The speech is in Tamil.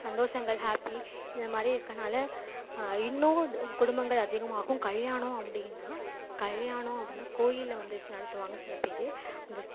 சந்தோஷங்கள் ஹாப்பி இந்த மாதிரி இருக்கனால் இன்னும் குடும்பங்கள் அதிகமாகும் கல்யாணம் அப்படினால் கல்யாணம் அப்படினால் கோவிலில் வந்து நடத்துவாங்க சில பேர் அந்த